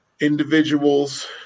individuals